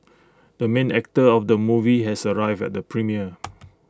the main actor of the movie has arrived at the premiere